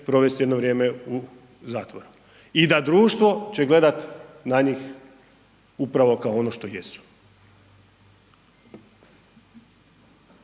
provesti jedno vrijeme u zatvoru i da će društvo gledati na njih upravo kao ono što jesu.